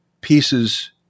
pieces